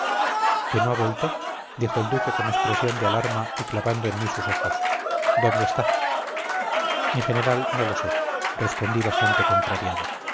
que no ha vuelto dijo el duque con expresión de alarma y clavando en mí sus ojos dónde está mi general no lo sé respondí bastante contrariado